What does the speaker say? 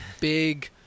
big